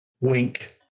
Wink